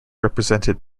represented